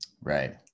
Right